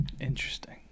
Interesting